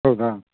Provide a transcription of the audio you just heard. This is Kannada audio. ಹೌದಾ